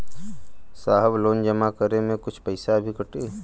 साहब लोन जमा करें में कुछ पैसा भी कटी?